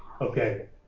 okay